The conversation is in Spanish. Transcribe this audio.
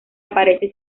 aparece